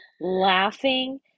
laughing